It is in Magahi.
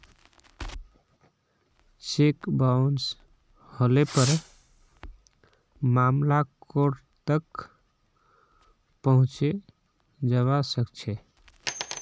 चेक बाउंस हले पर मामला कोर्ट तक पहुंचे जबा सकछे